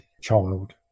child